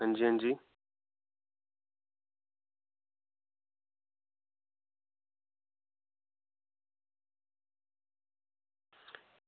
अंजी अंजी